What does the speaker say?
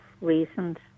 reasons